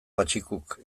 patxikuk